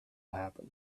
happen